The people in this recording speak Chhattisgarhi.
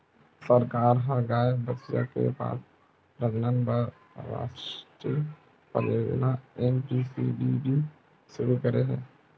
सरकार ह गाय, भइसी के प्रजनन बर रास्टीय परियोजना एन.पी.सी.बी.बी सुरू करे हे